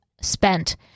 spent